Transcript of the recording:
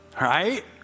right